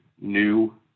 new